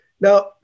Now